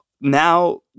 now